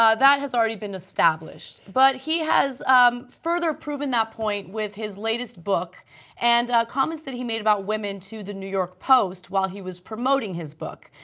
ah that has already been established but he has further proven that point with his latest book and comments that he made about women to the new york post while he was promoting his book.